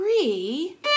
three